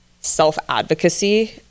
self-advocacy